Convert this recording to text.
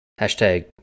Hashtag